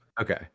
Okay